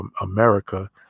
America